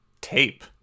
Tape